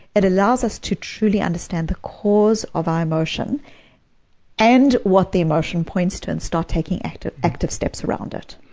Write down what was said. it allows us to truly understand the cause of our emotion and what the emotion points to, and start taking active active steps around it.